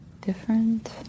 different